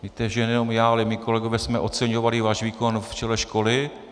Víte, že nejenom já, ale i mí kolegové jsme oceňovali váš výkon v čele školy.